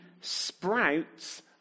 sprouts